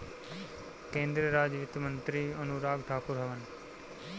केंद्रीय राज वित्त मंत्री अनुराग ठाकुर हवन